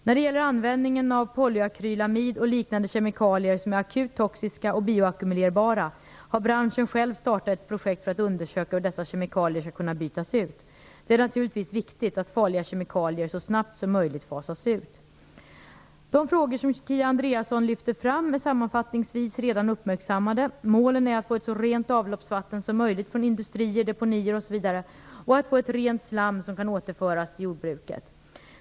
När det gäller användningen av polyakrylamid och liknande kemikalier som är akut toxiska och bioackumulerbara har branschen själv starta ett projekt för att undersöka hur dessa kemikalier skall kunna bytas ut. Det är naturligtvis viktigt att farliga kemikalier så snabbt som möjligt fasas ut. De frågor som Kia Andreasson lyfter fram är sammanfattningsvis redan uppmärksammade, målen är att få en ett så rent avloppsvatten som möjligt från industrier, deponier osv. och att få ett rent slam som kan återföras till jordbruket.